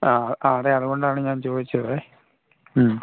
ആ അതെ അതുകൊണ്ടാണ് ഞാൻ ചോദിച്ചതേ മ്മ്